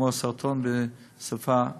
כמו הסרטון בשפה העברית.